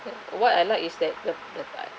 what I like is that the